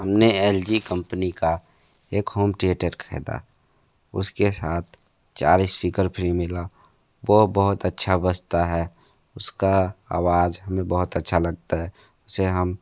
हम ने L G company का एक होम थिएटर ख़रीदा उस के साथ चार इस्पीकर फ्री मिले वो बहुत अच्छा बजता है उसका अवाज़ हमें बहुत अच्छा लगता है उसे हम